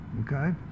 Okay